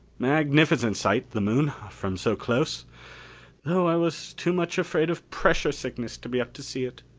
magnificent sight, the moon, from so close though i was too much afraid of pressure sickness to be up to see it.